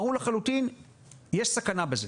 ברור לחלוטין שיש סכנה בזה.